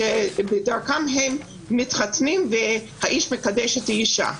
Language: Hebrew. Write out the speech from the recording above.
שבדרכם הם מתחתנים והאיש מקדש את האישה.